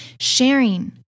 sharing